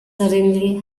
suddenly